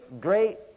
great